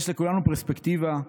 יש לכולנו פרספקטיבה.